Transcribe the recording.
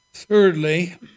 Thirdly